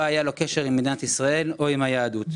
היה לו קשר עם מדינת ישראל או עם היהדות.